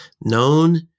Known